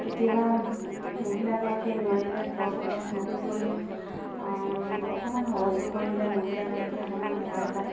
কেতিয়াবা মহিলা গৰাকীয়ে নোৱাৰিলে ঘৰখনৰ পুৰুষসকলেও অকণমান সহযোগ কৰিলে মহিলা গৰাকীয়ে অকণমান সহায় পায়